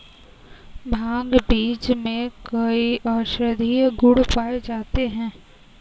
भांग बीज में कई औषधीय गुण पाए जाते हैं